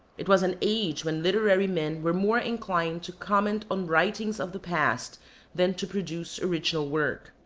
it was an age when literary men were more inclined to comment on writings of the past than to produce original work.